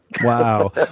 Wow